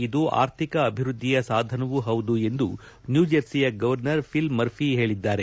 ಇದು ಆರ್ಥಿಕ ಅಭಿವೃದ್ಧಿಯ ಸಾಧನವೂ ಹೌದು ಎಂದು ನ್ಯೂರ್ಜೆರ್ಸಿಯ ಗವರ್ನರ್ ಫಿಲ್ ಮರ್ಫಿ ಹೇಳಿದ್ದಾರೆ